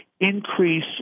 increase